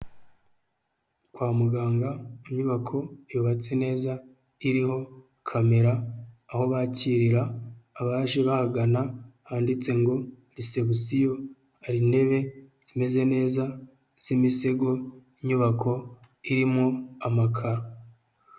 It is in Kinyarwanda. Kwa muganga inyubako yubatse neza iriho kamera aho bakirira abaje bahagana, handitse ngo resebusiyo hari intebe zimeze neza z'imisego, inyubako irimo amakaro.